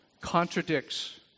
contradicts